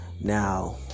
Now